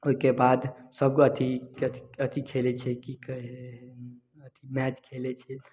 ओहिके बाद सब अथी अथी खेलै छियै की कहै हइ मैच खेलै छै